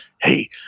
hey